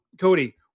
Cody